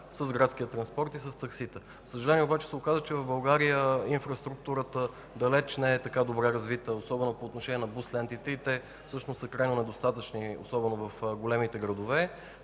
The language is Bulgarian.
с градския транспорт и с таксита. За съжаление обаче се оказа, че в България инфраструктурата далеч не е така добре развита, особено по отношение на бус лентите. Те всъщност са крайно недостатъчни, особено в големите градове,